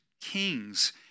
kings